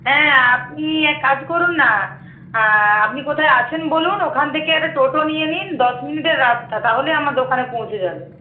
হ্যাঁ আপনি এক কাজ করুন না আপনি কোথায় আছেন বলুন ওখান থেকে একটা টোটো নিয়ে নিন দশ মিনিটের রাস্তা তাহলে আমার দোকানে পৌঁছে যাবেন